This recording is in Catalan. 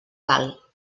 cal